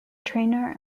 trainer